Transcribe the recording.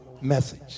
message